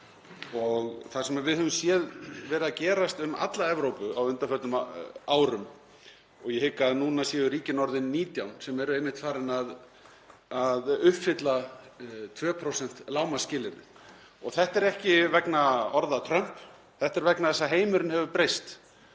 Það sem við höfum séð vera að gerast um alla Evrópu á undanförnum árum, og ég hygg að núna séu ríkin orðin 19 sem eru einmitt farin að uppfylla 2% lágmarksskilyrði — þetta er ekki vegna orða Trumps, þetta er vegna þess að heimurinn hefur breyst.